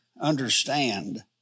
understand